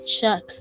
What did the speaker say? check